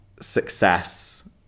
success